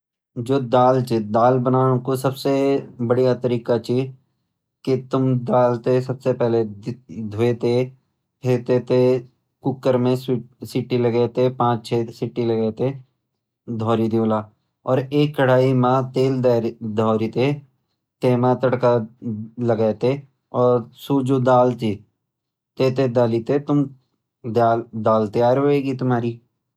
जो दाल छ दाल बनोण कु सबसे बडिया तरीका छ कि तुम दाल तै सबसे पहले धोय तै फिर तै थैं कुकर में पांच छः सीटी लगै तै धरी द्योला और एक कडाई म तेल धरी तै तै म तडका लगै तै और सु जु दाल थी तै थैं डाली तैं दाल तैयार होएगी तुम्हारी।